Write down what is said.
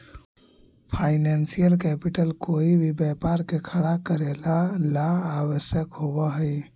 financial capital कोई भी व्यापार के खड़ा करेला ला आवश्यक होवऽ हई